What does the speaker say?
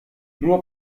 nur